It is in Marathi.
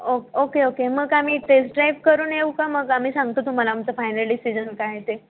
ओ ओके ओके मग आम्ही टेस्ट ड्राइव करून येऊ का मग आम्ही सांगतो तुम्हाला आमचं फायनल डिसिजन काय आहे ते